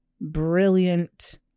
brilliant